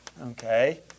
okay